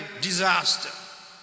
disaster